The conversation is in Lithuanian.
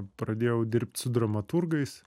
pradėjau dirbt su dramaturgais